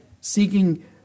seeking